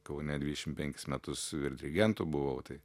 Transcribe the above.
kaune dvidešim penkis metus vyr dirigentu buvau tai